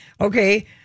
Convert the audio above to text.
Okay